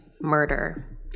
murder